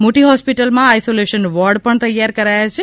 મોટી હોસ્પિટલમાં isolation ward તૈયાર કરાયા છે